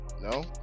No